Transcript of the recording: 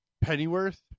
Pennyworth